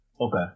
Okay